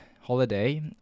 holiday